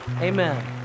Amen